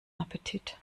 appetit